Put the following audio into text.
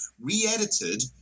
re-edited